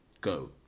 go